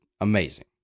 amazing